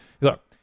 Look